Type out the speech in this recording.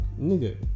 nigga